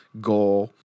goal